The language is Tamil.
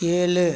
ஏழு